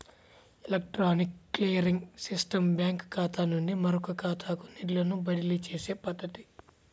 electronic clearing system బ్యాంకుఖాతా నుండి మరొకఖాతాకు నిధులను బదిలీచేసే పద్ధతి